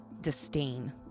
disdain